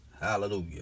Hallelujah